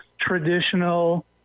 traditional